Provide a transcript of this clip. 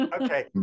Okay